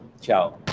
Ciao